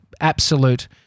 absolute